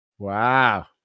Wow